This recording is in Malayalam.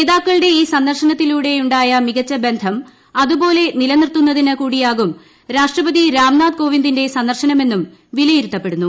നേതാക്കളുടെ ഈ സന്ദർശനത്തിലൂടെയുണ്ടായ മികച്ച ബന്ധം അതുപോലെ നിലനിർത്തുന്നതിന് കൂടിയാകും രാഷ്ട്രപതി രാംനാഥ് കോവിന്ദിന്റെ സന്ദർശനമെന്നും വിലയിരുത്തപ്പെടുന്നു